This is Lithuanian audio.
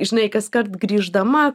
žinai kaskart grįždama